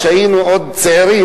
כשהיינו צעירים,